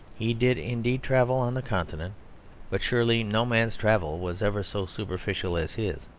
he did indeed travel on the continent but surely no man's travel was ever so superficial as his.